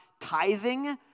tithing